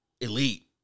Elite